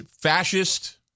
fascist